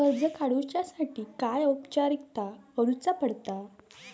कर्ज काडुच्यासाठी काय औपचारिकता करुचा पडता?